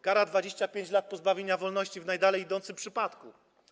Kara 25 lat pozbawienia wolności w najdalej idącym przypadku.